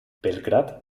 belgrad